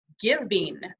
giving